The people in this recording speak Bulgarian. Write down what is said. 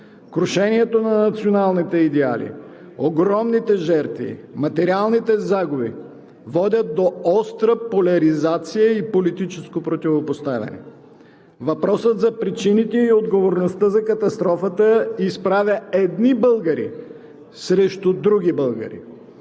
Крушението на националните идеали, огромните жертви, материалните загуби водят до остра поляризация и политическо противопоставяне. Въпросът за причините и отговорността за катастрофата изправя едни българи срещу други българи.